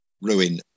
ruin